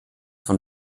von